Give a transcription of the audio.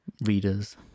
readers